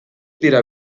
dira